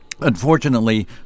Unfortunately